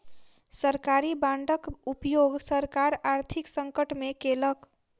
सरकारी बांडक उपयोग सरकार आर्थिक संकट में केलक